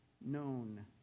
known